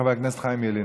חבר הכנסת חיים ילין,